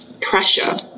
pressure